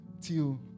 till